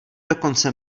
dokonce